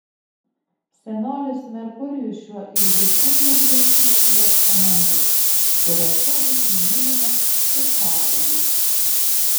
senolis merkurijus šiuo ilgesingu žvilgsniu ieško namų kuriuose būtų mylimas ir saugomas